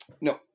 No